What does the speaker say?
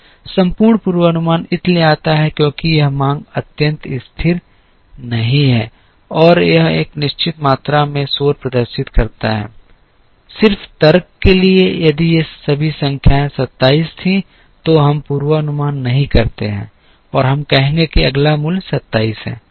संपूर्ण पूर्वानुमान इसलिए आता है क्योंकि यह मांग अत्यंत स्थिर नहीं है और यह एक निश्चित मात्रा में शोर प्रदर्शित करता है सिर्फ तर्क के लिए यदि ये सभी संख्याएँ 27 थीं तो हम पूर्वानुमान नहीं करते हैं और हम कहेंगे कि अगला मूल्य 27 है